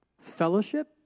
fellowship